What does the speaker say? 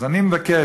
אז אני מבקש,